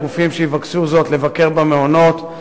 לגופים שיבקשו זאת לבקר במעונות,